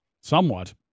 somewhat